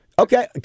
Okay